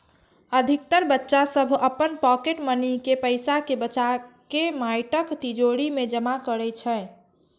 अधिकतर बच्चा सभ अपन पॉकेट मनी के पैसा कें बचाके माटिक तिजौरी मे जमा करै छै